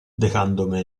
dejándome